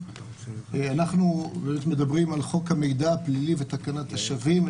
אנחנו מדברים על חוק המידע הפלילי ותקנת השבים,